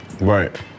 Right